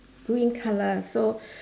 green colour so